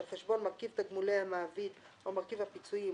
על חשבון מרכיב תגמולי המעביד או מרכיב הפיצויים,